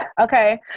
Okay